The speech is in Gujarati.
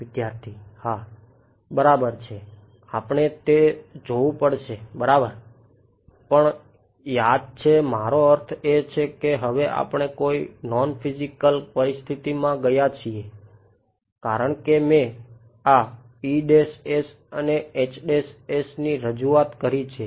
વિદ્યાર્થી હા બરાબર છે આપણે તે જોવું પડશે બરાબર પણ યાદ છે મારો અર્થ એ છે કે હવે આપણે કોઈ નોન ફીઝીકલ કર્યો છે